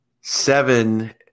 seven